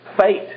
fate